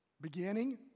Beginning